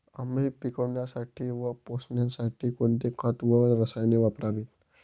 आंबे पिकवण्यासाठी व पोसण्यासाठी कोणते खत व रसायने वापरावीत?